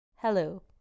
Hello